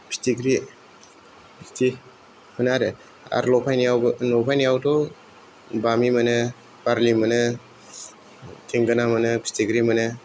फिथिग्रि बिदि मोनो आरो आरो लफायनायावबो लफायनायावथ' बामि मोनो बारलि मोनो थेंगोना मोनो फिथिग्रि मोनो